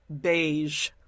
beige